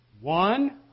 One